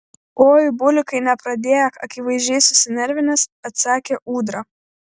oi bulikai nepradėk akivaizdžiai susinervinęs atsakė ūdra